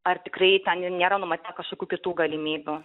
ar tikrai ten nėra numatyta kažkokių kitų galimybių